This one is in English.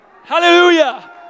Hallelujah